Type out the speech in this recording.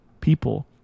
people